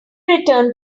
returned